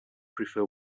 prefer